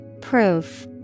Proof